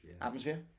Atmosphere